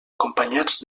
acompanyats